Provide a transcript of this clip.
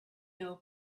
low